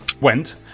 went